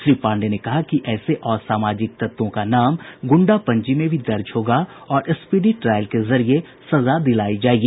श्री पांडेय ने कहा कि ऐसे असामाजिक तत्वों का नाम गुंडा पंजी में भी दर्ज होगा और स्पीडी ट्रायल के जरिये सजा दिलायी जायेगी